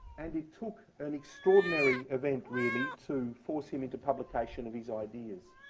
and it took an extraordinary event, really, to force him into publication of his ideas.